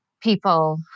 people